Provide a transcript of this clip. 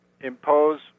impose